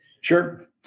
Sure